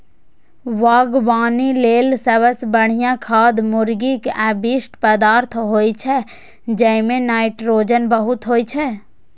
बागवानी लेल सबसं बढ़िया खाद मुर्गीक अवशिष्ट पदार्थ होइ छै, जइमे नाइट्रोजन बहुत होइ छै